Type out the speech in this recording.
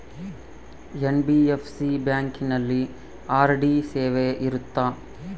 NBFC ಬ್ಯಾಂಕಿನಲ್ಲಿ RD ಸೇವೆ ಇರುತ್ತಾ?